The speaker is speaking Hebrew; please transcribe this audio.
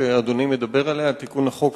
תיקון החוק,